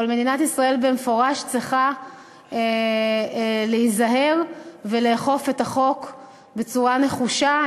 אבל מדינת ישראל במפורש צריכה להיזהר ולאכוף את החוק בצורה נחושה.